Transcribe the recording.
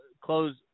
close